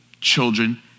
Children